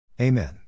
Amen